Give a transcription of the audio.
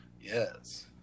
Yes